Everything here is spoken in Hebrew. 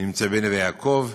נמצאות בנווה-יעקב,